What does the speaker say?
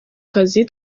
kazi